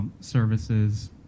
services